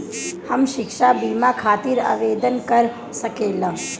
हम शिक्षा बीमा खातिर आवेदन कर सकिला?